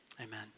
Amen